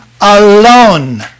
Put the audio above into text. alone